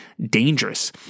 dangerous